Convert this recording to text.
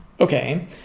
Okay